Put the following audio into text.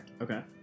Okay